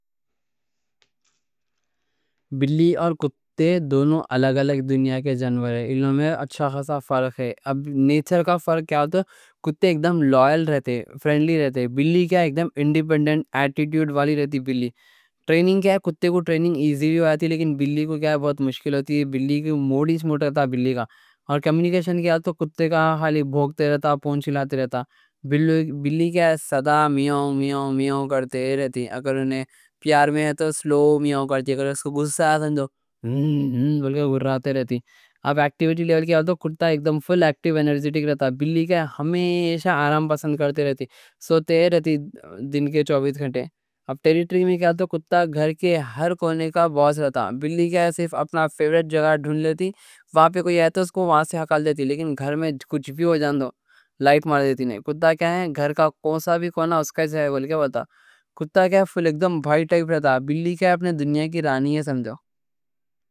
بلی اور کتے دونوں الگ الگ دنیا کے جانور ہیں، ان میں اچھا خاصا فرق ہے۔ اب نیچر کا فرق کیا؟ تو کتے اکڈام لائل رہتے، فرینڈلی رہتے۔ بلی کیا اکڈام انڈیپنڈنٹ اٹیٹیوڈ والی رہتی۔ بلی ٹریننگ کیا ہے؟ کتے کو ٹریننگ ایزی بھی ہوا تھی، لیکن بلی کو کیا ہے بہت مشکل ہوتی۔ بلی موڈی، سمارٹ رہتی۔ بلی کا اور کمیونکیشن کیا تو ک تے کا خالی بھونکتا رہتا، پونچھ ہلاتا رہتا؛ بلی کیا ہے سدا میاؤں میاؤں میاؤں کرتے رہتی۔ اگر انہیں پیار میں ہے تو سلو میاؤں کرتی، اگر اس کوں غصہ آتا تو گھراتی رہتی۔ اب ایکٹیویٹی لیول کیا ہے؟ تو کتا اکڈام فل ایکٹیو، انرجیٹک رہتا؛ بلی کیا ہے ہمیشہ آرام پسند رہتی، سوتی رہتی دن کے چوبیس گھنٹے۔ اب ٹیریٹری میں کیا ہے؟ تو کتا گھر کے ہر کونے کا باس رہتا؛ بلی کیا ہے صرف اپنا فیورٹ جگہ ڈھونڈ لیتی، وہاں پہ کوئی آتا تو اس کوں وہاں سے ہکال دیتی، لیکن گھر میں کچھ بھی ہو جان دو لائٹ مار دیتی نہیں۔ کتا کیا ہے گھر کا کونسا بھی کونہ اس کا ہی ہے، صحیح بول کیا باتا۔ کتا کیا ہے فل اکڈام بھائی ٹائپ رہتا؛ بلی کیا ہے اپنی دنیا کی رانی ہے، سمجھو۔